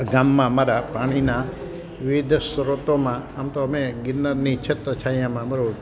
ગામમાં અમારા પાણીના વિવિધ સ્ત્રોતોમાં આમ તો અમે ગિરનારની છત્રછાયામાં અમારો